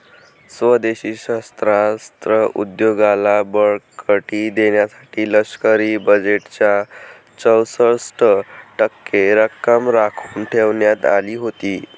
स्वदेशी शस्त्रास्त्र उद्योगाला बळकटी देण्यासाठी लष्करी बजेटच्या चौसष्ट टक्के रक्कम राखून ठेवण्यात आली होती